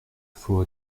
faut